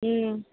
ம்